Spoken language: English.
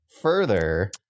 further